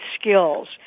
skills